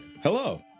Hello